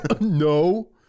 No